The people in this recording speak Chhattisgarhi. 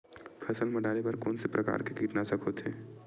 फसल मा डारेबर कोन कौन प्रकार के कीटनाशक होथे?